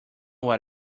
what